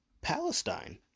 Palestine